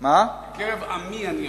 בקרב עמי אני יושב.